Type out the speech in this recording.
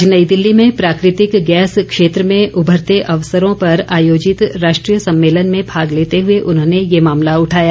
आज नई दिल्ली में प्राकृतिक गैस क्षेत्र में उभरते अवसरों पर आयोजित राष्ट्रीय सम्मेलन में भाग लेते हुए उन्होंने ये मामला उठाया